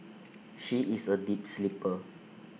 she is A deep sleeper